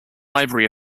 library